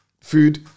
food